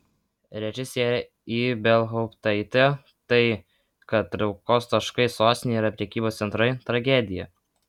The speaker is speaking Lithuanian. režisierė ibelhauptaitė tai kad traukos taškai sostinėje yra prekybos centrai tragedija